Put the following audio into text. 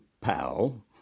pal